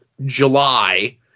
July